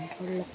ಡೊಳ್ಳು